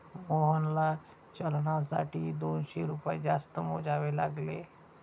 मोहनला चलनासाठी दोनशे रुपये जास्त मोजावे लागले